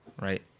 Right